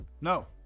no